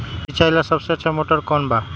सिंचाई ला सबसे अच्छा मोटर कौन बा?